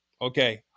okay